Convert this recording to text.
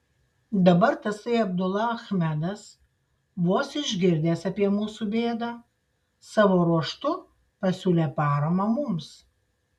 dabar tasai abdula achmedas vos išgirdęs apie mūsų bėdą savo ruožtu pasiūlė paramą mums